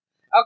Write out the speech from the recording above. okay